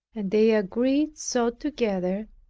and they agreed so together,